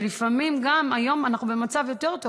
היום אנחנו במצב יותר טוב,